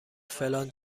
فلان